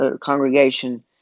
congregation